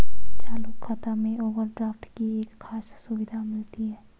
चालू खाता में ओवरड्राफ्ट की एक खास सुविधा मिलती है